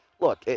look